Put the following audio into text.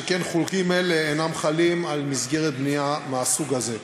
שכן חוקים אלה אינם חלים על מסגרת בנייה מהסוג הזה.